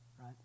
Right